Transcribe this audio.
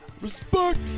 Respect